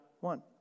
one